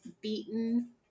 beaten